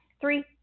three